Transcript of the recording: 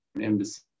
embassy